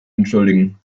entschuldigen